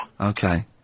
Okay